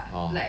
orh